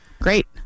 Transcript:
Great